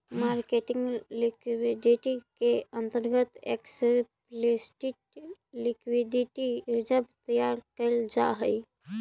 marketing liquidity के अंतर्गत explicit liquidity reserve तैयार कैल जा हई